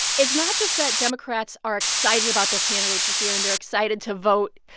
it's not just that democrats are excited about their candidates this year, and they're excited to vote.